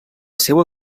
seua